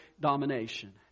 domination